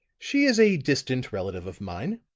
she is a distant relative of mine,